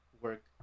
work